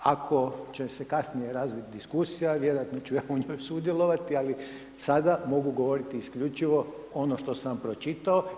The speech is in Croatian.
Ako će se kasnije razviti diskusija vjerojatno ću ja u njoj sudjelovati, ali sada mogu govoriti isključivo ono što sam pročitao.